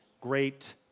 great